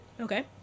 Okay